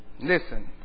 listen